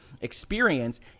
experience